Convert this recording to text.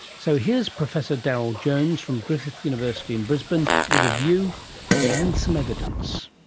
so here's professor darryl jones from griffith university in brisbane with a view and some evidence.